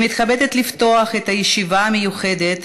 אני מתכבדת לפתוח את הישיבה המיוחדת